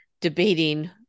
debating